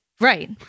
right